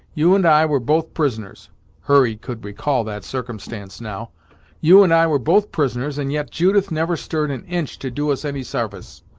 you and i were both prisoners hurry could recall that circumstance now you and i were both prisoners and yet judith never stirred an inch to do us any sarvice!